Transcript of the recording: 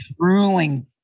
drooling